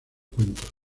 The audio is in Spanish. cuentos